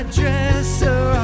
dresser